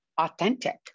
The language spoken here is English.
authentic